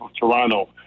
Toronto